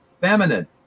feminine